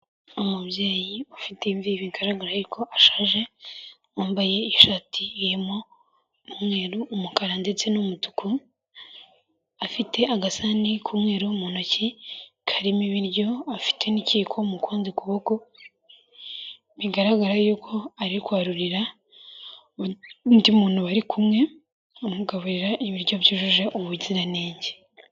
Umubyeyi ufite imvi bigaragara ariko ko ashaje, wambaye ishati irimo umweru, umukara ndetse n'umutuku, afite agasani k'umweru mu ntoki karimo ibiryo, afite n'ikiyiko mu kundi kuboko; bigaragara yuko ari kwarurira undi muntu bari kumwe amugaburira ibiryo byujuje ubuziranenge.